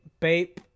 Bape